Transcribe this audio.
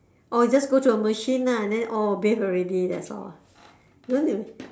or you just go to a machine lah and then orh bathe already that's all 哪里有